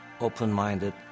open-minded